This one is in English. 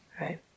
right